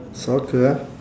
soccer ah